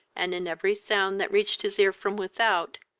and in every sound that reached his ear from without,